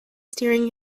steering